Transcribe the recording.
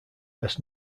best